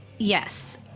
Yes